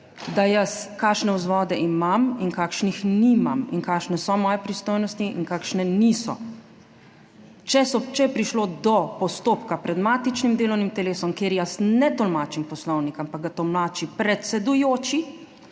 da jaz kakšne vzvode imam in kakšnih nimam in kakšne so moje pristojnosti in kakšne niso. Če je prišlo do postopka pred matičnim delovnim telesom, kjer jaz ne tolmačim Poslovnika, ampak ga tolmači predsedujoči